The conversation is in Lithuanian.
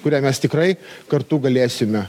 kurią mes tikrai kartu galėsime